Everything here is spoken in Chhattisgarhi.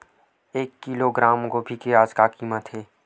एक किलोग्राम गोभी के आज का कीमत हे?